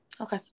Okay